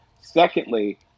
Secondly